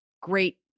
great